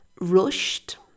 rushed